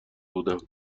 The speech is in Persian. بودم